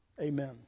Amen